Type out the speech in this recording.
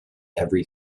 every